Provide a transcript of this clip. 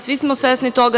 Svi smo svesni toga.